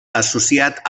associat